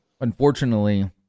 unfortunately